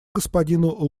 господину